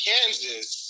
Kansas